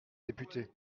député